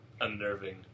unnerving